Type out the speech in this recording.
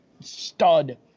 stud